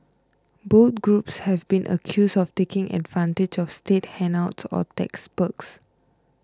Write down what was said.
both groups have been accused of taking advantage of state handouts or tax perks